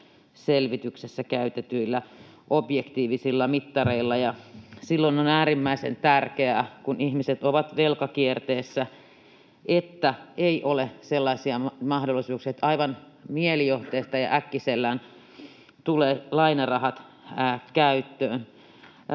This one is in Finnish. selvityksessä käytetyillä objektiivisilla mittareilla. Ja silloin on äärimmäisen tärkeää, kun ihmiset ovat velkakierteessä, ettei ole sellaisia mahdollisuuksia, että aivan mielijohteesta ja äkkiseltään tulevat lainarahat käyttöön.